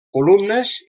columnes